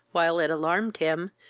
while it alarmed him,